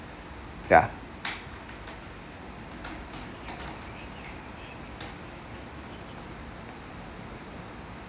yeah